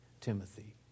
Timothy